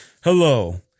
hello